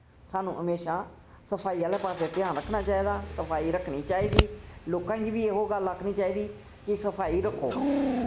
साह्नू हमेशा सफाई आह्ले पास्से ध्यान रक्खना चाहिदा सफाई रक्खनी चाहिदी लोकां गी वी ओह् गल्ल आक्खनी चाहिदी कि सफाई रक्खो